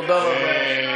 תודה רבה.